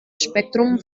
spektrum